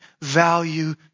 value